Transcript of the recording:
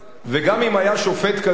וגם אם היה שופט כזה,